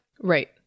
Right